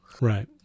Right